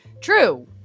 True